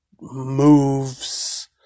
moves